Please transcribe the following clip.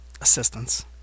assistance